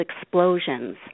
explosions